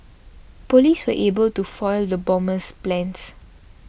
police were able to foil the bomber's plans